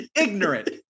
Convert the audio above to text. Ignorant